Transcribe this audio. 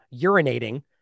urinating